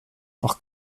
doch